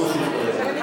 לא מוסיף כרגע.